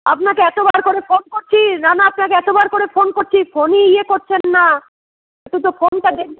আপনাকে এতবার করে ফোন করছি না না আপনাকে এতবার করে ফোন করছি ফোনই ইয়ে করছেন না একটু তো ফোনটা দেখবেন